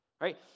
right